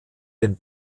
den